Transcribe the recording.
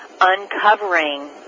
uncovering